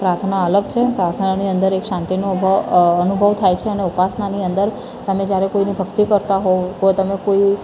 પ્રાર્થના અલગ છે પ્રાર્થનાની અંદર એક શાંતિનો અભાવ અ અનુભવ થાય છે અને ઉપાસનાની અંદર તમે જ્યારે કોઈની ભક્તિ કરતા હોવ કો તમે કોઈ